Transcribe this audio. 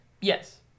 Yes